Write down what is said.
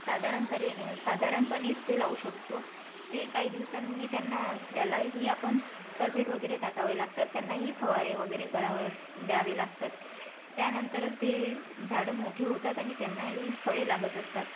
साधारणतरे साधारणपणेच ते लावू शकतो ते काही दिवसांनी त्यांना त्यालाही आपण सलपेट वगैरे टाकावे लागतात त्यांनाही फवारे वगैरे करावं द्यावे लागतात त्यानंतरच ते झाडं मोठे होतात आणि त्यांनाही फळे लागत असतात